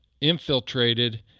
infiltrated